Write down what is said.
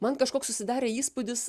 man kažkoks susidarė įspūdis